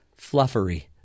fluffery